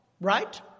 right